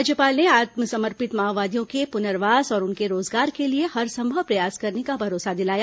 राज्यपाल ने आत्मसमर्पित माओवादियों के पुनर्वास और उनके रोजगार के लिए हरसंभव प्रयास करने का भरोसा दिलाया